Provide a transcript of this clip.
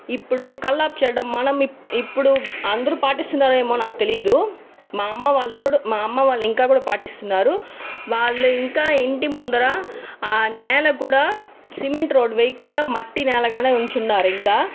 ఇప్పుడు కల్లాపి చల్లడం మనం ఇప్పుడు అందరు పాటిస్తునారు ఏమో నాకు తెలియదు మా అమ్మ వాళ్ళు కూడా మా అమ్మ వాళ్ళు ఇంకా కూడా పాటిస్తూన్నారు వాళ్ళు ఇంకా ఇంటి ముందర ఆ నేల కూడా సిమెంట్ రోడ్ వేయకుండా మట్టీ నేల గానే ఉంచి ఉన్నారు ఇంకా